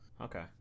okay